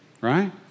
right